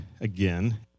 again